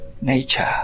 nature